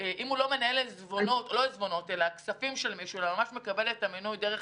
אם הוא לא מנהל כספים של מישהו אלא מקבל את המינוי דרך